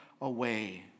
away